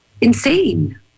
insane